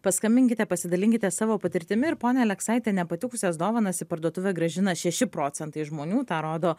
paskambinkite pasidalinkite savo patirtimi ir ponia aleksaite nepatikusias dovanas į parduotuvę grąžina šeši procentai žmonių tą rodo